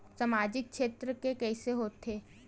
सामजिक क्षेत्र के कइसे होथे?